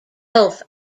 elf